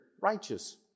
righteous